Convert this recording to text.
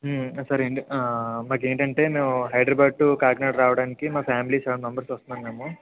sir ఏంటి మాకేంటంటే మేము హైదరాబాదుద్ టు కాకినాడ రావడానికి మా ఫ్యామిలీ సెవెన్ మెంబర్స్ వస్తున్నాము మేము